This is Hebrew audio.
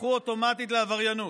הפכה אוטומטית לעבריינות.